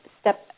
step